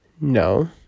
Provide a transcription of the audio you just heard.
No